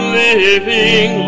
living